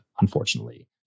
unfortunately